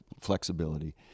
flexibility